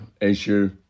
issue